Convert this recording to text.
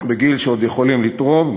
בגיל שהם עוד יכולים לתרום,